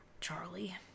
Charlie